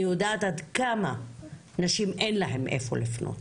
יודעת עד כמה לנשים אין איפה לפנות,